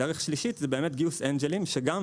דרך שלישית זה באמת גיוס אנג'לים, שגם